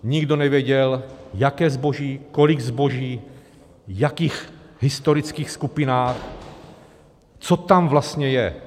Nikdo nevěděl, jaké zboží, kolik zboží, v jakých historických skupinách, co tam vlastně je.